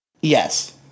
Yes